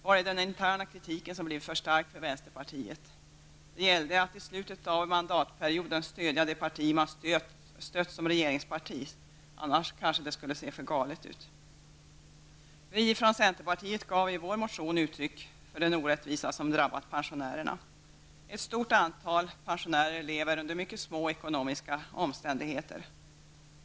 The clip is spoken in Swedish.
Var det den interna kritiken som blev för stark för vänsterpartiet? Det gällde att i slutet av mandatperioden stödja det parti man stött som regeringsparti, annars kanske det skulle se för galet ut. Vi från centerpartiet gav i vår motion uttryck för den orättvisa som drabbat pensionärerna. Ett stort antal pensionärer lever under mycket små ekonomiska omständigheter.